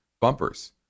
bumpers